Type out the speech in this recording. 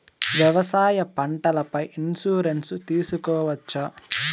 వ్యవసాయ పంటల పై ఇన్సూరెన్సు తీసుకోవచ్చా?